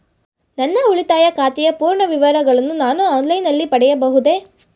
ನನ್ನ ಉಳಿತಾಯ ಖಾತೆಯ ಪೂರ್ಣ ವಿವರಗಳನ್ನು ನಾನು ಆನ್ಲೈನ್ ನಲ್ಲಿ ಪಡೆಯಬಹುದೇ?